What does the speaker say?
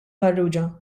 farrugia